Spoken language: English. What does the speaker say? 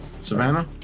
Savannah